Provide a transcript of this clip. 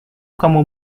kamu